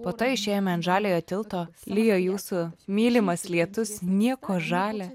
po to išėjome ant žaliojo tilto lijo jūsų mylimas lietus nieko žalia